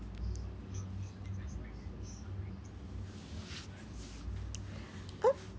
!oops!